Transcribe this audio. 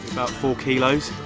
four kilos